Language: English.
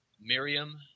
Miriam